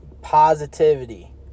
positivity